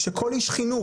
שכל איש חינוך,